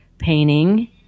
painting